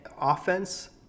offense